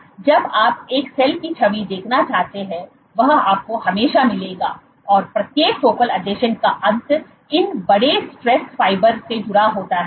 इसलिए जब आप एक सेल की छवि देखना चाहते हैं वह आपको हमेशा मिलेगा और प्रत्येक फोकल आसंजन का अंत इन बड़े स्ट्रेस फाइबर से जुड़ा होता है